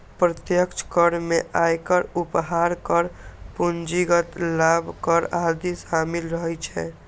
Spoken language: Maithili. प्रत्यक्ष कर मे आयकर, उपहार कर, पूंजीगत लाभ कर आदि शामिल रहै छै